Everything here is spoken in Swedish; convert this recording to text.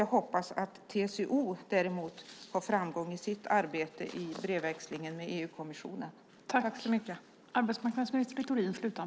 Jag hoppas att TCO däremot har framgång i sitt arbete i brevväxlingen med EU-kommissionen.